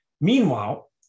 Meanwhile